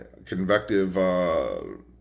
convective